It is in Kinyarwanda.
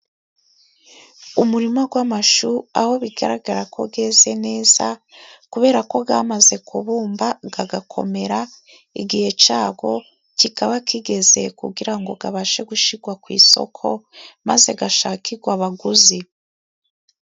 Umurima w'amashu aho bigaragara ko yeze neza, kubera ko yamaze kubumba, agakomera, igihe cyayo kikaba kigeze, kugira ngo abashe gushyirwa ku isoko, maze ashakirwe abaguzi.